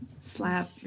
slap